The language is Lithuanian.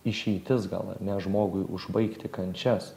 išeitis gal ar ne žmogui užbaigti kančias